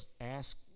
ask